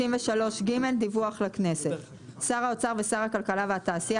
דיווח לכנסת 63ג. שר האוצר ושר הכלכלה והתעשייה